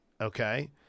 Okay